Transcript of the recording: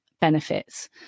benefits